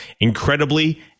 incredibly